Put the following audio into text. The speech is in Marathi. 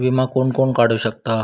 विमा कोण कोण काढू शकता?